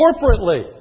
corporately